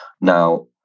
Now